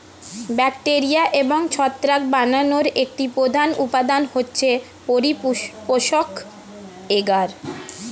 bacteria এবং ছত্রাক বানানোর একটি প্রধান উপাদান হচ্ছে পরিপোষক এগার